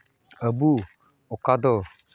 ᱟᱹᱵᱩ ᱚᱠᱟ ᱫᱚ